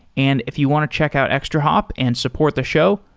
and if you want to check out extrahop and support the show,